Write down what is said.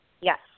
Yes